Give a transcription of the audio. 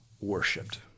worshipped